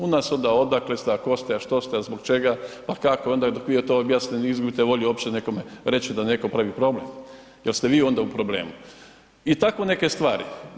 U nas onda odakle ste, a tko ste, a što se, a zbog čega, pa kako pa dok vi to objasnite izgubite volju uopće nekome reći da netko pravi problem jer ste vi onda u problemu i tako neke stvari.